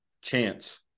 chance